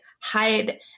hide